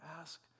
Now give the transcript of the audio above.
ask